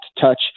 touch